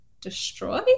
Destroy